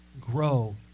Grow